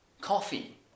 coffee